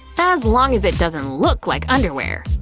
as long as it doesn't look like underwear,